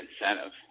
incentive